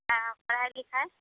हँ पढ़ाइ लिखाइ